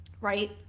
right